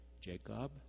Jacob